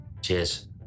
Cheers